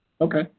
Okay